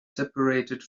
separated